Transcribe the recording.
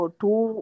two